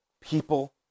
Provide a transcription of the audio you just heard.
people